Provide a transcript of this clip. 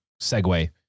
segue